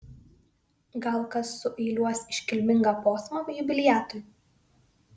gal kas sueiliuos iškilmingą posmą jubiliatui